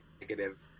negative